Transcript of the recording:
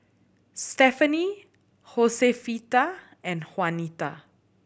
Stefanie Hosefita and Jaunita